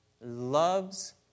loves